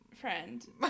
friend